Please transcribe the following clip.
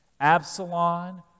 Absalom